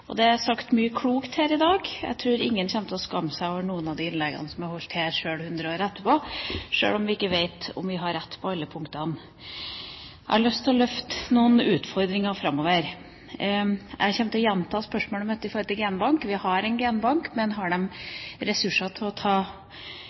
flere. Det er sagt mye klokt her i dag. Jeg tror ingen kommer til å skamme seg over noen av de innleggene som er holdt her, sjøl 100 år etterpå, sjøl om vi ikke vet om vi har rett på alle punktene. Jeg har lyst til å løfte noen utfordringer framover. Jeg kommer til å gjenta spørsmålet mitt når det gjelder genbank. Vi har en genbank, men har